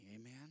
Amen